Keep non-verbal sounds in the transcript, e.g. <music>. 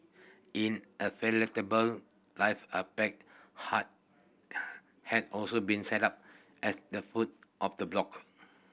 <unintelligible> life are pack hard <hesitation> had also been set up at the foot of the block